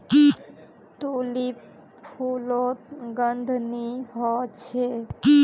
tulip फुलोत गंध नि होछे